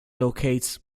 locates